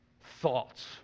thoughts